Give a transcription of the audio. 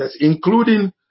including